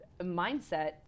mindset